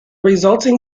resulting